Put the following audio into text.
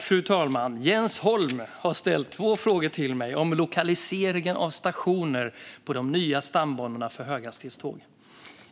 Fru talman! har ställt två frågor till mig om lokaliseringen av stationer på de nya stambanorna för höghastighetståg.